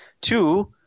Two